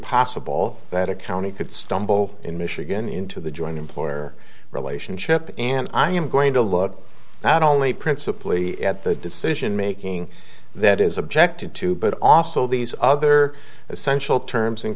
possible that a county could stumble in michigan into the joint employer relationship and i am going to look not only principally at the decision making that is objected to but also these other essential terms and